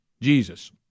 Jesus